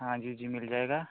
हाँ जी जी मिल जाएगा